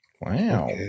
Wow